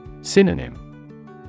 Synonym